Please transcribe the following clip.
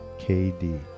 KD